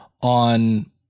on